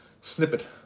snippet